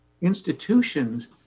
institutions